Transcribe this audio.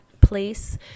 place